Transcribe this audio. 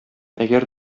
әгәр